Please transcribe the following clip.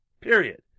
Period